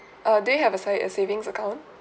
err do you have a sa~ a savings account